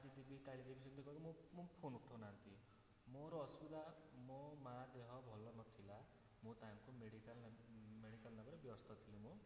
ଆଜି ଦେବି କାଲି ଦେବି ସେମିତି କହିକି ମୋ ମୋ ଫୋନ୍ ଉଠାଉ ନାହାନ୍ତି ମୋର ଅସୁବିଧା ମୋ ମା' ଦେହ ଭଲ ନଥିଲା ମୁଁ ତାଙ୍କୁ ମେଡ଼ିକାଲ ନେ ମେଡ଼ିକାଲ ନେବାରେ ବ୍ୟସ୍ତ ଥିଲି ମୁଁ